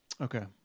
Okay